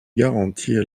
garantir